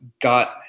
got